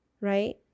right